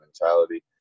mentality